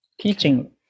teaching